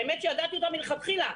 האמת שידעתי אותה מלכתחילה,